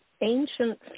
ancient